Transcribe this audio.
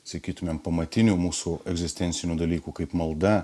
sakytumėm pamatinių mūsų egzistencinių dalykų kaip malda